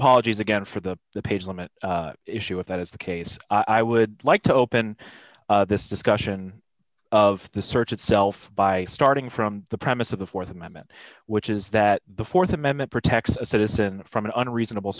apologies again for the the page limit issue if that is the case i would like to open this discussion of the search itself by starting from the premise of the th amendment which is that the th amendment protects a citizen from an unreasonable